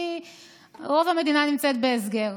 כי רוב המדינה נמצאת בהסגר,